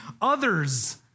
others